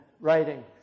writing